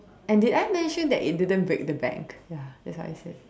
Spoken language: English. and did I mention that it didn't break the bank ya that's what I said